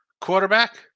quarterback